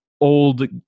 old